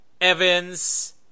Evans